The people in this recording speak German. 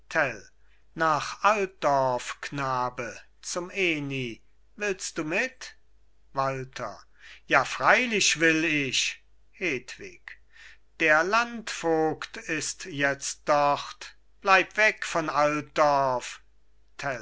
nach altdorf knabe zum ehni willst du mit walther ja freilich will ich hedwig der landvogt ist jetzt dort bleib weg von